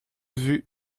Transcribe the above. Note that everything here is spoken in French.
vue